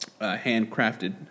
handcrafted